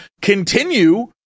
continue